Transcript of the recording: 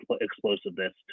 explosiveness